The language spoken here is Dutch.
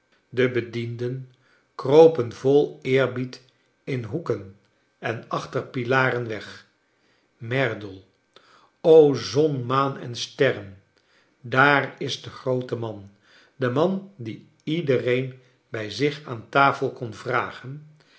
de bedienden kropen vol eerbied in hoeken en achter pilaren weg merdle o zon maan en sterren daar is de groote man de man die iedereen bij zich aan tafel kon vragen